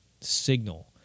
signal